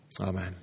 Amen